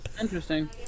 Interesting